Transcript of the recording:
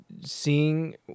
seeing